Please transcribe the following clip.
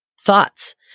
thoughts